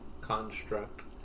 construct